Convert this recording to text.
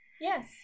yes